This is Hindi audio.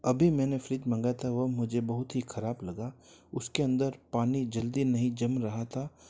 अभी मैंने फ्रिज मंगाया था वह मुझे बहुत ही ख़राब लगा उसके अंदर पानी जल्दी नहीं जम रहा था